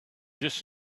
this